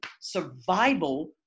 survival